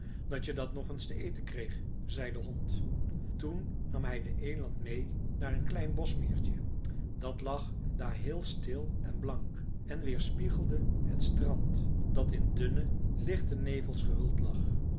dat je dat nog eens te eten kreeg zei de hond toen nam hij den eland meê naar een klein boschmeertje dat lag daar heel stil en blank en weerspiegelde het strand dat in dunne lichte nevels gehuld lag